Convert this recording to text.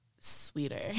sweeter